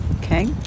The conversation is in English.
Okay